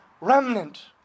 remnant